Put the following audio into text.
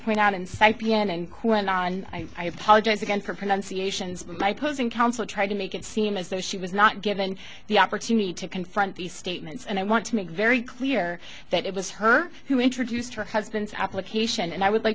point out and cite b n and quinn and i apologize again for pronunciations by posing counsel tried to make it seem as though she was not given the opportunity to confront these statements and i want to make very clear that it was her who introduced her husband's application and i would like